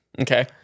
Okay